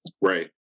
right